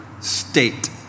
state